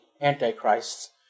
Antichrists